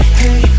hey